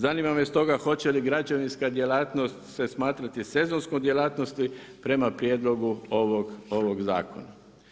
Zanima me s toga, hoće li građanska djelatnost se smatrati sezonskom djelatnosti prema prijedlogu ovog zakona.